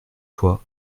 fois